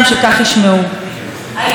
היהודים, המושב הזה,